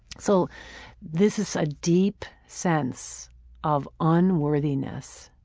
so this is a deep sense of unworthiness.